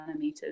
nanometers